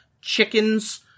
chickens